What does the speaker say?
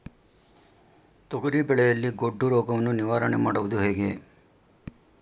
ತೊಗರಿ ಬೆಳೆಯಲ್ಲಿ ಗೊಡ್ಡು ರೋಗವನ್ನು ನಿವಾರಣೆ ಮಾಡುವುದು ಹೇಗೆ?